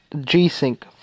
G-Sync